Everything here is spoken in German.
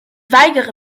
weigere